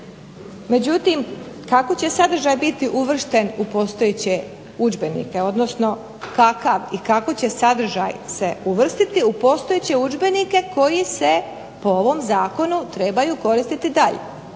međutim, kako će sadržaj biti uvršten u postojeće udžbenike, odnosno kakav i kako će sadržaj se uvrstiti u postojeće udžbenike koji se po ovom Zakonu trebaju koristiti dalje.